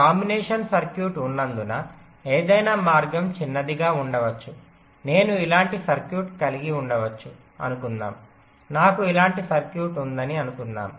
combination circuit ఉన్నందున ఏదైనా మార్గం చిన్నదిగా ఉండవచ్చు నేను ఇలాంటి సర్క్యూట్ కలిగి ఉండవచ్చు అనుకుందాము నాకు ఇలాంటి సర్క్యూట్ ఉందని అనుకుందాము